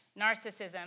narcissism